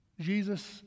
jesus